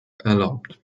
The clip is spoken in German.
erlaubt